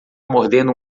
mordendo